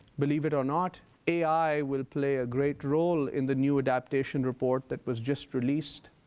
believe it or not, ai will play a great role in the new adaptation report that was just released